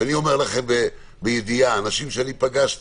אני אומר לכם בידיעה אנשים שפגשתי,